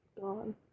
gone